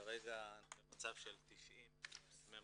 כרגע במצב של 90 מממשים